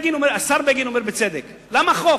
השר בגין אומר בצדק: למה חוק?